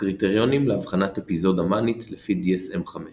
הקריטריונים לאבחנת אפיזודה מאנית לפי DSM 5